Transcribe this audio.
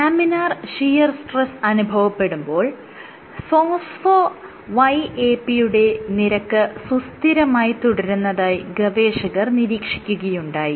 laminar shear stress അനുഭവപ്പെടുമ്പോൾ phospho YAP യുടെ നിരക്ക് സുസ്ഥിരമായി തുടരുന്നതായി ഗവേഷകർ നിരീക്ഷിക്കുകയുണ്ടായി